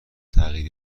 تغییر